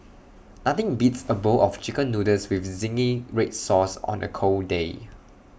nothing beats A bowl of Chicken Noodles with Zingy Red Sauce on A cold day